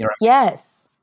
Yes